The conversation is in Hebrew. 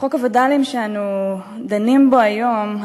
חוק הווד"לים שאנו דנים בו היום,